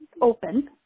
open